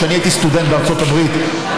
כשאני הייתי סטודנט בארצות הברית,